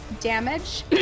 damage